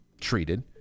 treated